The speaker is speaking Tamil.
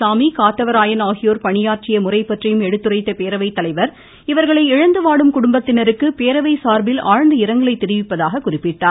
சாமி காத்தவராயன் ஆகியோர் பணியாற்றிய முறைபற்றியும் எடுத்துரைத்த பேரவை தலைவர் இவர்களை இழந்துவாடும் குடும்பத்தினருக்கு பேரவை சார்பில் ஆழ்ந்த இரங்கலை தெரிவிப்பதாக குறிப்பிட்டார்